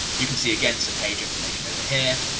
you can see again some page information over here,